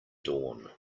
dawn